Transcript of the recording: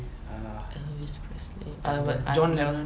elvis presley ya but I